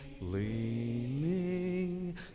leaning